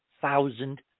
thousand